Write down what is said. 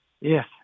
Yes